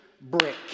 brick